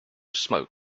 smoke